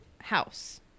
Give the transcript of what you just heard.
house